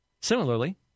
Similarly